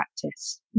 practice